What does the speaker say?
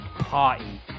party